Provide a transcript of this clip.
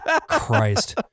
Christ